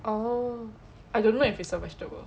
oh I don't know if it's a vegetables